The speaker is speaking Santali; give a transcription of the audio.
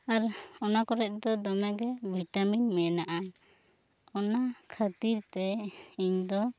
ᱟᱨ ᱚᱱᱟ ᱠᱚᱨᱮ ᱫᱚ ᱫᱚᱢᱮ ᱜᱤ ᱵᱷᱤᱴᱟᱢᱤᱱ ᱢᱮᱱᱟᱜᱼᱟ ᱚᱱᱟ ᱠᱷᱟᱹᱛᱤᱨ ᱛᱮ ᱤᱧ ᱫᱚ